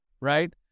right